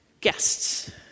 guests